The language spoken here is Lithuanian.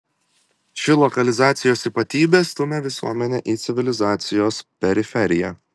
ši lokalizacijos ypatybė stumia visuomenę į civilizacijos periferiją